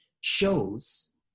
shows